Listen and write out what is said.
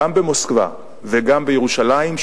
גם במוסקבה וגם בירושלים,